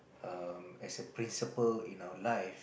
um as a principle in our life